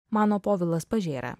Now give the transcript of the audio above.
mano povilas pažėra